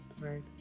right